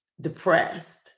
depressed